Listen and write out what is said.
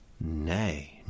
nay